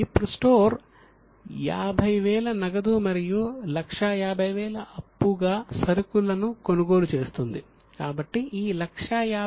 ఇప్పుడు స్టోర్ 50000 నగదు మరియు 150000 అప్పుగా సరుకులను కొనుగోలు చేస్తుంది